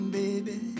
baby